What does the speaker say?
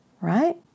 right